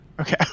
okay